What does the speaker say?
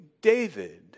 David